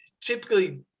typically